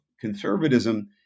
conservatism